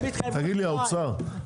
האוצר,